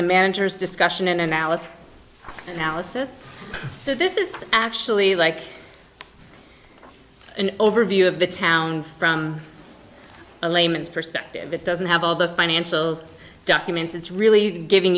the managers discussion and analysis analysis so this is actually like an overview of the town from a layman's perspective it doesn't have all of the financial documents it's really giving